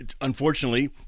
unfortunately